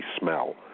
smell